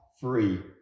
free